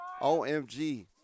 OMG